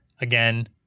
again